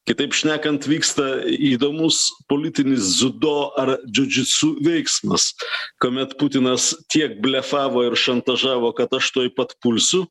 kitaip šnekant vyksta įdomus politinis dziudo ar džiudžitsu veiksmas kuomet putinas tiek blefavo ir šantažavo kad aš tuoj pat pulsiu